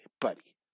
buddy